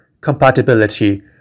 compatibility